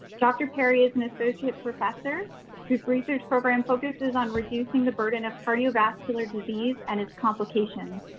dr. perry is an associate professor whose research program focuses on reducing the burden of cardiovascular disease and its complications.